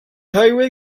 highway